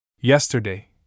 Yesterday